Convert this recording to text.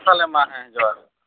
ᱛᱟᱦᱚᱞᱮ ᱢᱟ ᱦᱮᱸ ᱡᱚᱦᱟᱨ